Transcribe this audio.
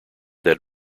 that